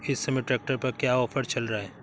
इस समय ट्रैक्टर पर क्या ऑफर चल रहा है?